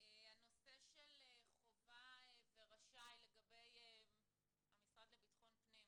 הנושא של חובה ורשאי לגבי המשרד לביטחון פנים.